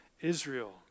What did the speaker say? Israel